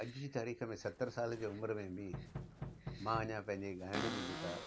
अॼ जी तारीख़ में सतरि साल जी उमिरि में बि मां हिन जा पंहिंजी ॻाइण जी जेका